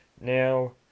Now